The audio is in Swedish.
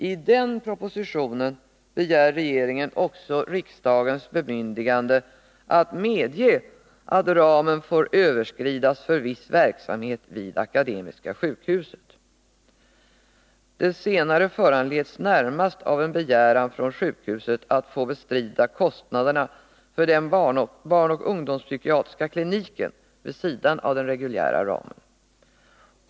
I denna proposition begär regeringen också riksdagens bemyndigande att medge att ramen får överskridas för viss verksamhet vid Akademiska sjukhuset. Det senare föranleds närmast av en begäran från sjukhuset att få bestrida kostnaderna för den barnoch ungdomspsykiatriska kliniken vid sidan av den reguljära ramen.